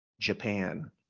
japan